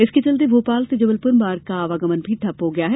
इसके चलते भोपाल से जबलपुर मार्ग का आवागमन भी ठप्प हो गया है